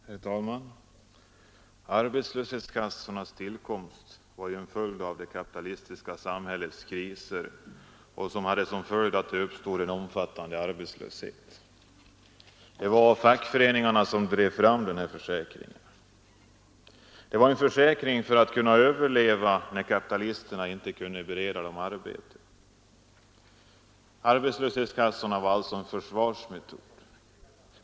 Herr talman! Arbetslöshetskassornas tillkomst var en följd av det kapitalistiska samhällets kriser som medförde en omfattande arbetslöshet. Det var fackföreningarna som drev fram försäkringen. Det var en försäkring för att arbetarna skulle kunna överleva när kapitalisterna inte kunde bereda dem arbete. Arbetslöshetskassorna var alltså en försvarsmetod.